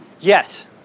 Yes